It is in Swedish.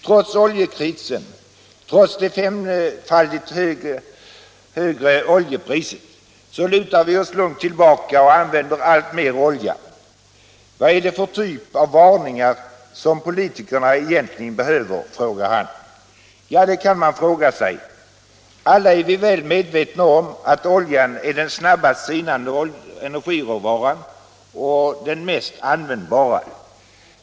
Trots oljekrisen, trots det femfaldigt högre oljepriset, så lutar vi oss lugnt tillbaka och använder alltmer olja. Vad är det för typ av varningar som politikerna egentligen behöver?” Ja, det kan man fråga sig. Alla är vi väl medvetna om att oljan är den snabbast sinande energiråvaran och den mest användbara.